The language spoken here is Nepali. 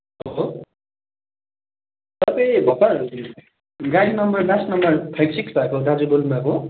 हेलो तपाईँ भर्खर गाडी number last number five six भएको दाजु बोल्नुभएको हो